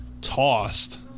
tossed